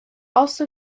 also